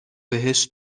بهش